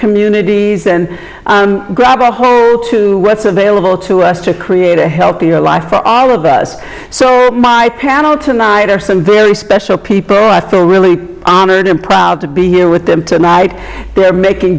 communities and grab a home to what's available to us to create a healthier life for all of us so my panel tonight are some very special people i thought really honored and proud to be here with them tonight they are making